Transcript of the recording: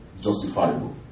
justifiable